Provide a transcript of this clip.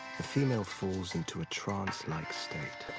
the female falls into a trance-like state.